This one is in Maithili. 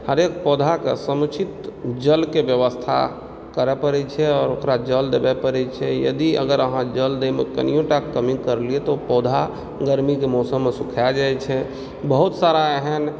हरेक पौधाके समुचित जलके व्यवस्था करय पड़ैत छै आओर ओकरा जल देबय पड़ैत छै यदि अगर अहाँ जल दयमे कनियोटा कमी करलिए तऽ ओ पौधा गरमीके मौसममे सुखा जाइ छै बहुत सारा एहन